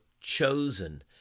chosen